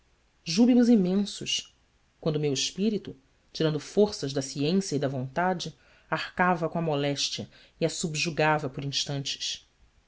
júbilos imensos quando meu espírito tirando forças da ciência e da vontade arcava com a moléstia e a subjugava por instantes